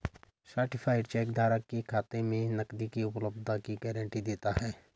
certified cheque धारक के खाते में नकदी की उपलब्धता की गारंटी देता है